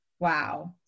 Wow